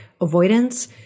avoidance